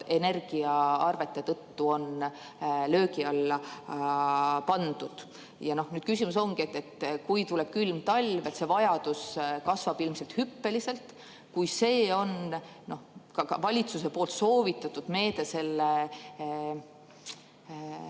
energiaarvete tõttu löögi alla pandud. Küsimus ongi, et kui tuleb külm talv, siis see vajadus kasvab ilmselt hüppeliselt. Kui see on valitsuse soovitatud meede